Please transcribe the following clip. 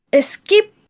skip